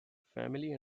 family